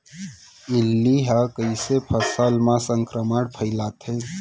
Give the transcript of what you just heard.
इल्ली ह कइसे फसल म संक्रमण फइलाथे?